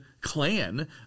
clan